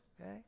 Okay